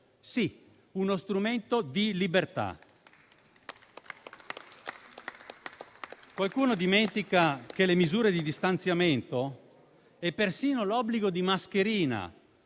Sì, è uno strumento di libertà. Qualcuno dimentica che le misure di distanziamento e persino l'obbligo di mascherina